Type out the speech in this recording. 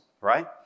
right